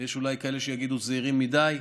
יש אולי כאלה שיגידו זהירים מדי,